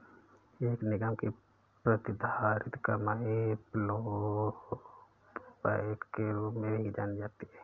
एक निगम की प्रतिधारित कमाई ब्लोबैक के रूप में भी जानी जाती है